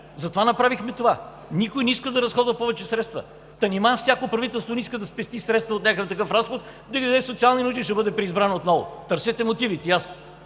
Затова направихме това! Никой не иска да разходва повече средства. Та нима всяко правителство не иска да спести средства от някакъв такъв разход и да ги даде за социални нужди и ще бъде преизбран отново! Търсете мотивите –